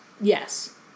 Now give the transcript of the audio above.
yes